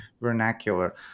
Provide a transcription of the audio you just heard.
vernacular